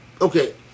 Okay